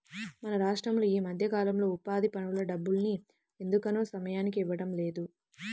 మన రాష్టంలో ఈ మధ్యకాలంలో ఉపాధి పనుల డబ్బుల్ని ఎందుకనో సమయానికి ఇవ్వడం లేదు